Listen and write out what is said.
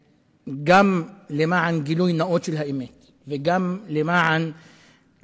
גם למען גילוי נאות של האמת וגם כדי לבוא